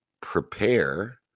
prepare